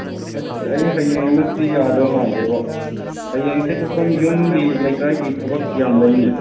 ꯑꯁ ꯑꯩ ꯍꯌꯦꯡꯃꯛꯇꯤ ꯌꯥꯗꯧ ꯃꯥꯟꯗꯦꯕꯣ ꯍꯌꯦꯡꯁꯦ ꯁꯣꯝ ꯌꯨꯝꯒꯤ ꯂꯩꯀꯥꯏꯒꯤ ꯊꯕꯛ ꯌꯥꯝ ꯂꯩꯅꯦ